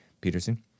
Peterson